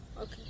Okay